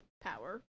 power